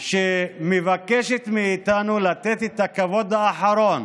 שמבקשת מאיתנו לתת את הכבוד האחרון